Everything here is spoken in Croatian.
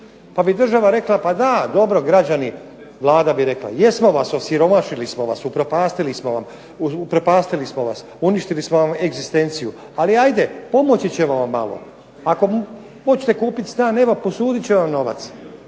Pa bi država rekla, dobro građani Vlada bi rekla, osiromašili smo vas, upropastili smo vas, uništili smo vam egzistenciju ali evo pomoći ćemo vam malo ako hoćete kupiti stan, evo posuditi ćemo vam novac,